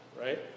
Right